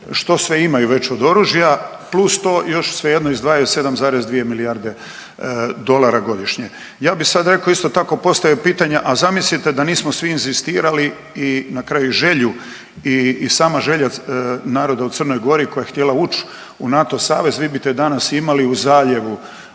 što sve imaju već od oružja plus to još svejedno izdvajaju 7,2 milijarde dolara godišnje. Ja bi sad rekao isto tako postavio pitanje, a zamislite da nismo svi inzistirali i na kraju želju i sama želja naroda u Crnoj Gori koja je htjela ući u NATO savez vi bite danas imali u zaljevu